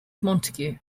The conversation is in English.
montague